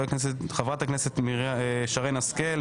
חברת הכנסת שרן השכל,